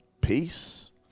peace